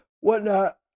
whatnot